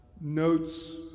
notes